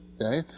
Okay